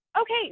Okay